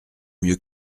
mieux